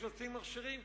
יש מספיק מכשירים.